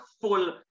full